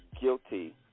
guilty